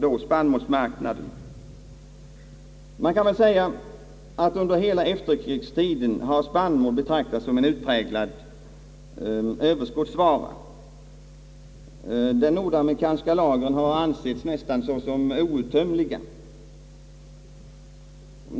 då spannmålsmarknaden. Under hela efterkrigstiden har spannmål betraktats som en utpräglad överskottsvara på världsmarknaden. De nordamerikanska lagren har ansetts såsom nästan outtömliga.